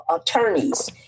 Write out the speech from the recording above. attorneys